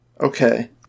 Okay